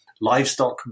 livestock